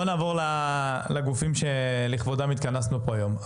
בואו נעבור לגופים שלכבודם התכנסנו פה היום.